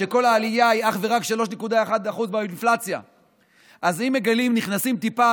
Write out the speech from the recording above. כל העלייה באינפלציה היא אך ורק 3.1%. אז אם נכנסים טיפה,